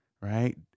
right